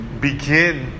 begin